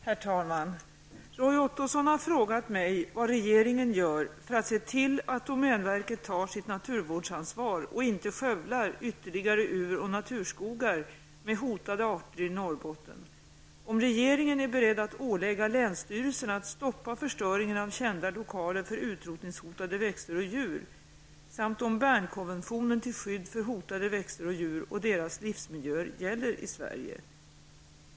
Herr talman! Roy Ottosson har frågat mig vad regeringen gör för att se till att domänverket tar sitt naturvårdsansvar och inte skövlar ytterligare uroch naturskogar med hotade arter i Norrbotten, om regeringen är beredd att ålägga länsstyrelserna att stoppa förstöringen av kända lokaler för utrotningshotade växter och djur samt om Bernkonventionen till skydd för hotade växter och djur och deras livsmiljöer gäller i Sverige.